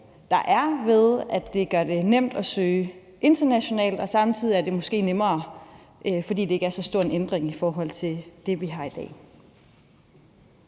der er, nemlig at det gør det nemt at søge internationalt, og samtidig er det måske nemmere, fordi det ikke er så stor en ændring i forhold til det, vi har i dag.